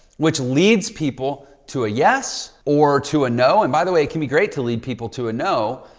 which leads people to a yes or to a no. and by the way, it can be great to lead people to a no,